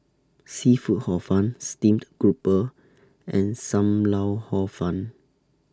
Seafood Hor Fun Steamed Grouper and SAM Lau Hor Fun